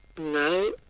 No